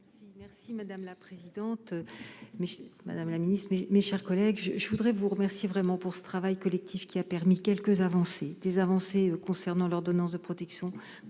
Merci madame la présidente, mais Madame la Ministre, mes, mes chers collègues, je voudrais vous remercie vraiment pour ce travail collectif qui a permis quelques avancées et des avancées concernant l'ordonnance de protection